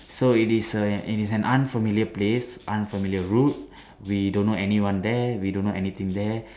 so it is a it is an unfamiliar place unfamiliar route we don't know anyone there we don't know anything there